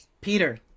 Peter